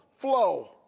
flow